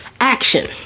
Action